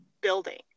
building